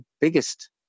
biggest